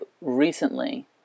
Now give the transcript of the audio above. recently